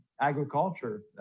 agriculture